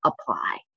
apply